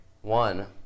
one